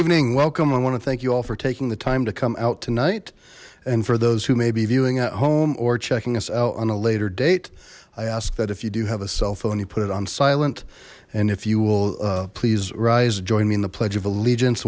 evening welcome i want to thank you all for taking the time to come out tonight and for those who may be viewing at home or checking us out on a later date i ask that if you do have a cell phone you put it on silent and if you will please rise join me in the pledge of allegiance